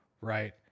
right